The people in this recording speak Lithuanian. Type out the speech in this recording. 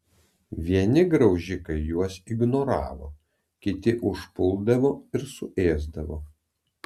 vieni graužikai juos ignoravo kiti užpuldavo ir suėsdavo